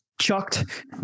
chucked